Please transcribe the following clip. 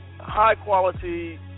high-quality